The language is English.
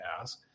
ask